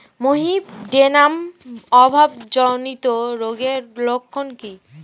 Molybdenum অভাবজনিত রোগের লক্ষণ কি কি?